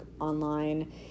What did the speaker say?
online